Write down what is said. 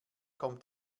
kommt